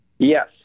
Yes